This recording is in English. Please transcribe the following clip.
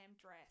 dress